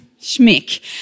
schmick